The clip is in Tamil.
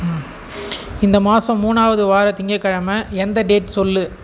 ஆ இந்த மாதம் மூணாவது வார திங்கக்கிழம எந்த டேட் சொல்